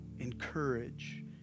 encourage